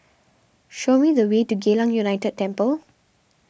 show me the way to Geylang United Temple